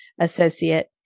associate